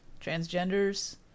transgenders